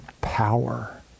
power